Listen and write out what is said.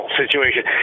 situation